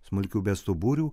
smulkių bestuburių